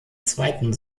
zweiten